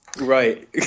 Right